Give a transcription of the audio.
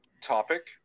topic